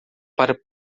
para